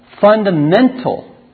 fundamental